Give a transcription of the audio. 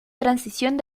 transición